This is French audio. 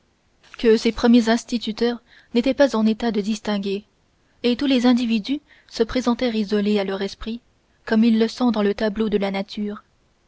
que ces premiers instituteurs n'étaient pas en état de distinguer et tous les individus se présentèrent isolés à leur esprit comme ils le sont dans le tableau de la nature